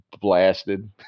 blasted